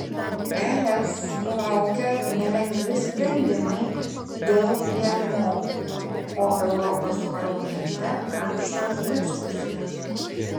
es laukia nelengvi sprendimai dėl gmo o europos parlamente karštos diskusijos